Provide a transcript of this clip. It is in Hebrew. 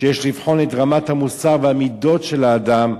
שיש לבחון את רמת המוסר והמידות של האדם,